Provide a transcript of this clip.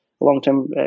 long-term